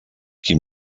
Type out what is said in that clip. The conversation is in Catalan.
qui